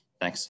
Thanks